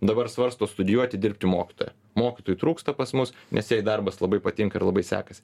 dabar svarsto studijuoti dirbti mokytoja mokytojų trūksta pas mus nes jai darbas labai patinka ir labai sekasi